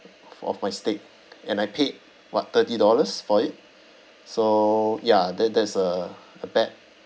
for of my steak and I paid what thirty dollars for it so ya that that's a a bad